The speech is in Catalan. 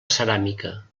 ceràmica